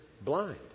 blind